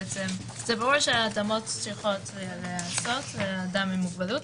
ברור שהתאמות צריכות להיעשות לאדם עם מוגבלות.